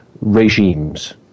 regimes